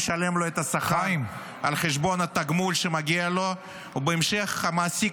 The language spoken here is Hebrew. משלם לו את השכר על חשבון התגמול שמגיע לו בהמשך המעסיק